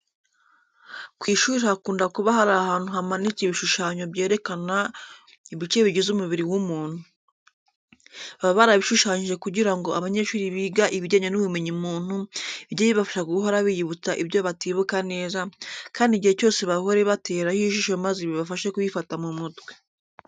Ku ishuri hakunda kuba hari ahantu hamanitse ibishushanyo byerekana ubice bigize umubiri w'umuntu. Baba barabishushanyije kugira ngo abanyeshuri biga ibijyanye n'ubumenyamuntu bijye bibafasha guhora biyibutsa ibyo batibuka neza, kandi igihe cyose bahore bateraho ijisho maze bibafashe kubifata mu mutwe.